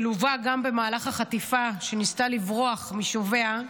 שלווה גם במהלך החטיפה, כשניסתה לברוח משוביה,